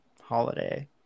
holiday